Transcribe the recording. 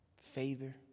favor